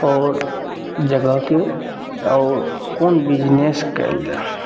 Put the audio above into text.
आओर जगहके आओर कोन बिजनेस कएल जाए